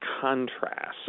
contrast